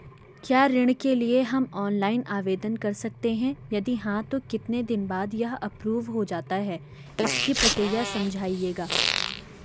क्या ऋण के लिए हम ऑनलाइन आवेदन कर सकते हैं यदि हाँ तो कितने दिन बाद यह एप्रूव हो जाता है इसकी प्रक्रिया समझाइएगा?